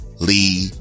Lee